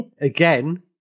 Again